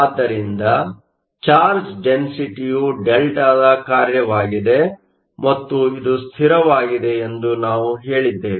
ಆದ್ದರಿಂದ ಚಾರ್ಜ್ ಡೆನ್ಸಿಟಿಯು ಡೆಲ್ಟಾದ ಕಾರ್ಯವಾಗಿದೆ ಮತ್ತು ಇದು ಸ್ಥಿರವಾಗಿದೆ ಎಂದು ನಾವು ಹೇಳಿದ್ದೇವೆ